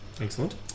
excellent